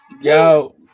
Yo